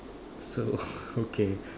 so okay